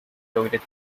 toilet